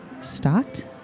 Stocked